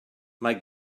mae